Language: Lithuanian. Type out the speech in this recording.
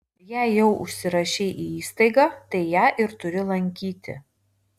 jei jau užsirašei į įstaigą tai ją ir turi lankyti